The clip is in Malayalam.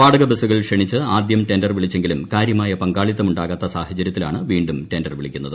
വാടക ബസുകൾ ക്ഷണീച്ച് ആദ്യം ടെൻഡർ വിളിച്ചെങ്കിലും കാര്യമായ പ്പിങ്കാളിത്തം ഉണ്ടാകാത്ത സാഹചര്യത്തിലാണ് വീണ്ടും കള്ടിൻഡ്ർ വിളിക്കുന്നത്